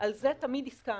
על זה תמיד הסכמנו.